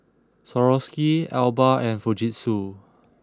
Swarovski Alba and Fujitsu